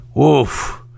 oof